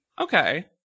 Okay